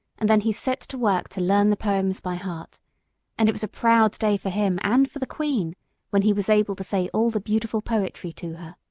and then he set to work to learn the poems by heart and it was a proud day for him and for the queen when he was able to say all the beautiful poetry to her.